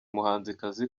muhanzikazi